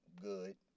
good